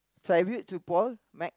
tribute to Paul-Mc